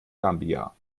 gambia